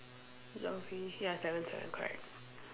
geography ya seven seven correct